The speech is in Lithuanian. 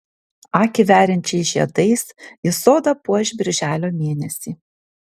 akį veriančiais žiedais ji sodą puoš birželio mėnesį